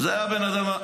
זה הבן אדם.